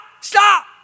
stop